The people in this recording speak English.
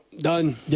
done